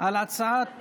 על הצעת